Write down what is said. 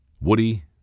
Woody